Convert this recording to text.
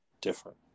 different